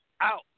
out